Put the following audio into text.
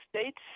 states